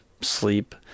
sleep